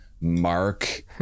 Mark